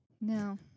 No